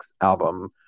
album